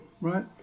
right